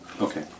Okay